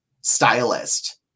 stylist